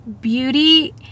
beauty